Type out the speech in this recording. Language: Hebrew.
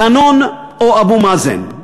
דנון או אבו-מאזן,